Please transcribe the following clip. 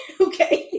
Okay